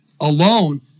alone